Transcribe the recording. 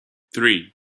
three